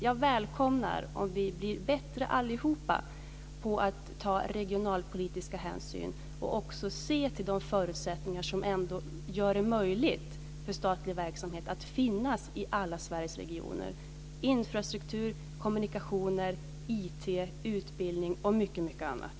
Jag välkomnar om vi allihop blir bättre på att ta regionalpolitiska hänsyn och också se till de förutsättningar som gör det möjligt för statlig verksamhet att finnas i alla Sveriges regioner: infrastruktur, kommunikationer, IT, utbildning och mycket annat.